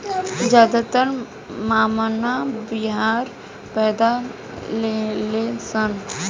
ज्यादातर मेमना बाहर पैदा लेलसन